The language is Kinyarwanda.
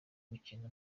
gukina